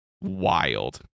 wild